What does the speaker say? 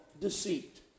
deceit